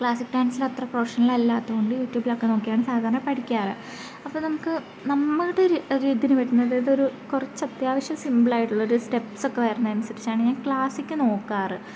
classic ഡാൻസിലത്ര പ്രഫഷനല്ലാത്തതു കൊണ്ട് യൂട്യൂബിലൊക്കെ നോക്കിയാണ് സാധാരണ പഠിക്കാറ് അപ്പം നമുക്ക് നമ്മളുടെ ഒരു ഒരിതിനു വരുന്നത് അതൊരു കുറച്ചത്യാവശ്യം സിംപിൾ ആയിട്ടുള്ളൊരു സ്റ്റെപ്സൊക്കെ വരുന്നതനുസരിച്ചാണ് ഞാൻ ക്ലാസ്സിക്ക് നോക്കാറ്